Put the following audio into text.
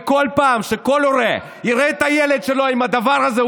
וכל פעם שכל הורה יראה את הילד שלו עם הדבר הזה,